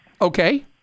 Okay